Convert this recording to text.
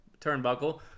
turnbuckle